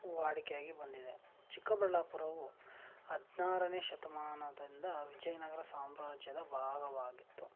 ವಾಡಿಕೆಯಾಗಿ ಬಂದಿದೆ ಚಿಕ್ಕಬಳ್ಳಾಪುರವು ಹದಿನಾರನೇ ಶತಮಾನದಿಂದ ವಿಜಯನಗರ ಸಾಮ್ರಾಜ್ಯದ ಭಾಗವಾಗಿತ್ತು